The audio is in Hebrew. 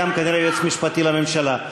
וגם כנראה היועץ המשפטי לממשלה.